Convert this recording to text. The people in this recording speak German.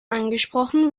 angesprochen